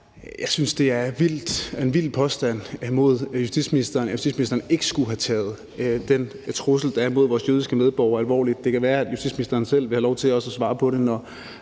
Jeg synes, det er en vild påstand imod justitsministeren, at justitsministeren ikke skulle have taget den trussel, der er imod vores jødiske medborgere, alvorligt. Det kan være, at justitsministeren selv vil have lov til at svare på det,